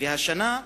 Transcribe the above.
והשנה,